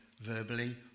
verbally